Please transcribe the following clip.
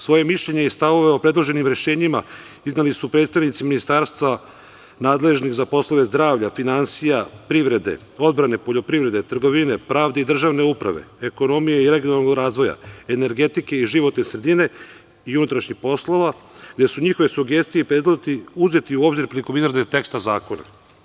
Svoje mišljenje i stavove o predloženim rešenjima izneli su predstavnici ministarstva nadležnih za poslove zdravlja, finansija, privrede, odbrane, poljoprivrede, trgovine, pravde i državne uprave, ekonomije i regionalnog razvoja, energetike i životne sredine, i unutrašnjih poslova, gde su njihove sugestije i predlozi uzeti u obzir prilikom izrade teksta zakona.